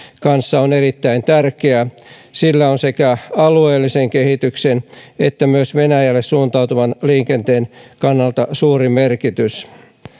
kanssa on erittäin tärkeää sillä on sekä alueellisen kehityksen että myös venäjälle suuntautuvan liikenteen kannalta suuri merkitys